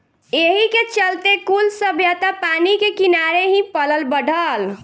एही के चलते कुल सभ्यता पानी के किनारे ही पलल बढ़ल